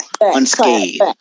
unscathed